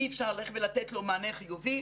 אי אפשר ללכת ולתת לו מענה חיובי.